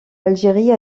algérie